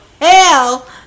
hell